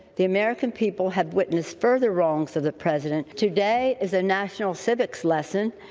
the american people have witnessed further wrongs of the president. today is a national civics lesson,